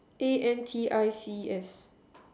A_N_T_I_C_S